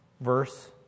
verse